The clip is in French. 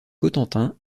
cotentin